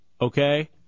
okay